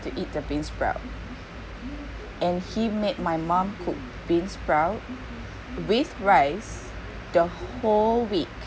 to eat the beansprout and he made my mum cook beansprout with rice the whole week